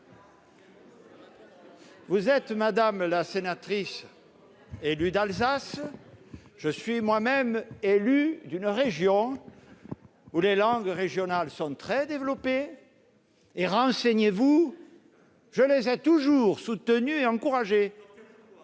Vous êtes, madame la sénatrice, une élue de l'Alsace. Je suis moi-même élu d'une région où les langues régionales sont très développées. Renseignez-vous : je les ai toujours soutenues et encouragées.